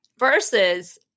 Versus